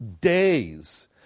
days